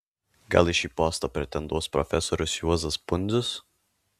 gal į šį postą pretenduos profesorius juozas pundzius